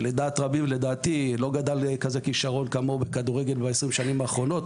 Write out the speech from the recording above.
לדעת רבים ולדעתי לא גדל כזה כישרון כמוהו בכדורגל ב-20 השנים האחרונות,